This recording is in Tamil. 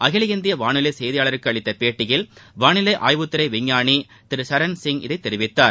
அகில இந்திய வானொலி செய்தியாளருக்கு அளித்த பேட்டியில் வானிலை ஆய்வுத்துறை விஞ்ஞானி திரு சரண் சிங் இதை தெரிவித்தார்